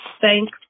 thanks